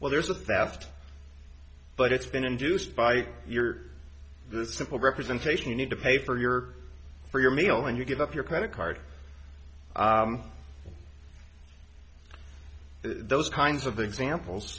well there's a theft but it's been induced by your the simple representation you need to pay for your for your meal when you give up your credit card those kinds of examples